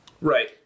Right